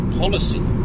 policy